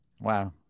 Wow